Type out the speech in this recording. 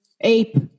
ape